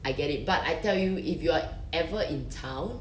I get it but I tell you if you are ever in town